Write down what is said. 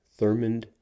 Thurmond